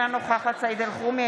אינה נוכחת סעיד אלחרומי,